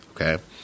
okay